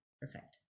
perfect